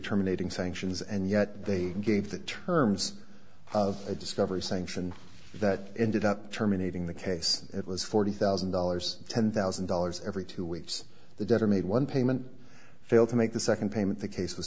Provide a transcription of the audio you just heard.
terminating sanctions and yet they gave the terms of a discovery sanction that ended up terminating the case it was forty thousand dollars ten thousand dollars every two weeks the debtor made one payment failed to make the second payment the case